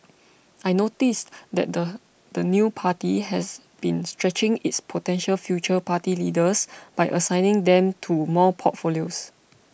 I noticed that the the new party has been stretching its potential future party leaders by assigning them to more portfolios